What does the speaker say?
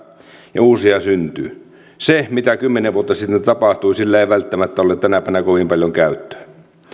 ja uusia syntyy sillä mitä kymmenen vuotta sitten tapahtui ei välttämättä ole tänä päivänä kovin paljon käyttöä